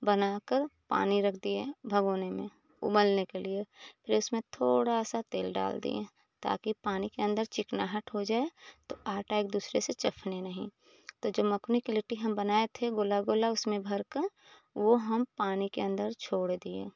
बनाकर पानी रख दिए भगोने में उबलने के लिए फिर उसमें थोड़ा सा तेल डाल दिए ताकि पानी के अंदर चिकनाहट हो जाए तो आटा एक दूसरे से चफने नहीं तो जब मकुनी की लिट्टी हम बनाए थे गोला गोला उसमें भरकर वो हम पानी के अंदर छोड़ दिए